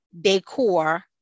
decor